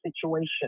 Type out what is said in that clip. situation